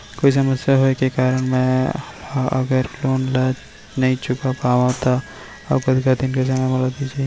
कोई समस्या होये के कारण मैं हा अगर लोन ला नही चुका पाहव त अऊ कतका दिन में समय मोल दीये जाही?